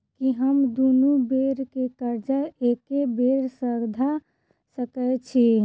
की हम दुनू बेर केँ कर्जा एके बेर सधा सकैत छी?